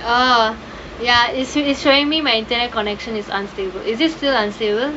uh ya it's showing me my internet connection is unstable is is still unstable